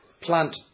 plant